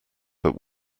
but